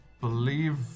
believe